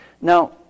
Now